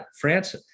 France